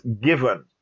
given